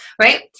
right